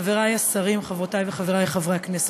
חברי השרים, חברותי וחברי חברי הכנסת,